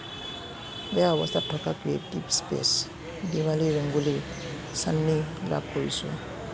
বেয়া অৱস্থাত থকা ক্ৰিয়েটিভ স্পেচ দীপাৱলী ৰংগোলী চান্নী লাভ কৰিছোঁ